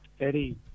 Eddie